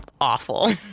awful